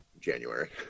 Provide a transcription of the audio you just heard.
January